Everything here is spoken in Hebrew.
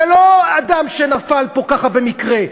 זה לא אדם שנפל פה במקרה.